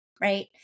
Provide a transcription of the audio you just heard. right